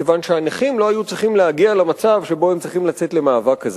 מכיוון שהנכים לא היו צריכים להגיע למצב שבו הם צריכים לצאת למאבק כזה.